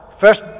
First